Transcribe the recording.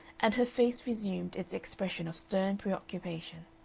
and her face resumed its expression of stern preoccupation.